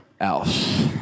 else